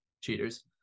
Cheaters